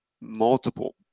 multiple